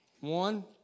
One